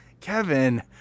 Kevin